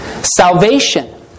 Salvation